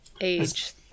age